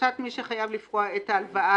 דווקא לא לקחתי בסניף שלי.